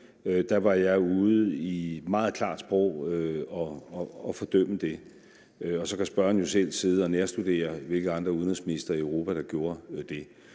var jeg ude i meget klart sprog og fordømme det. Så kan spørgeren jo selv sidder nærstudere, hvilke andre udenrigsministre i Europa der gjorde det.